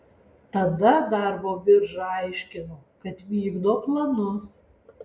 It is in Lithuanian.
tada darbo birža aiškino kad vykdo planus